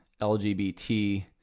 LGBT